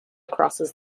crosses